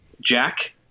jack